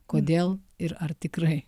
kodėl ir ar tikrai